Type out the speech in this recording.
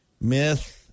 myth